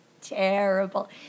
terrible